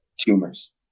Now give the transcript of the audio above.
tumors